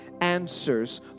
answers